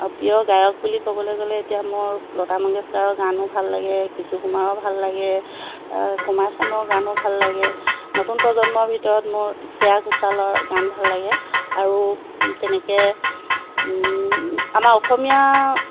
আৰু প্ৰিয় গায়ক বুলি ক'বলৈ গ'লে এতিয়া মোৰ লতা মঙ্গেশকাৰৰ গানো ভাল লাগে কিশোৰ কুমাৰৰ ভাল লাগে কুমাৰ চানুৰ গানো ভাল লাগে নতুন প্ৰজন্মৰ ভিতৰত মোৰ শ্ৰেয়া ঘোষালৰ গান ভাল লাগে আৰু তেনেকৈ আমাৰ অসমীয়া